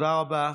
תודה רבה.